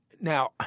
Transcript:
now